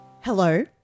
Hello